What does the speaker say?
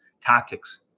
tactics